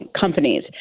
companies